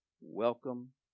welcome